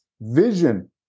Vision